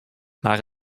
mar